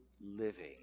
living